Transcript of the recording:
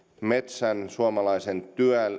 metsän suomalaisen